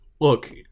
Look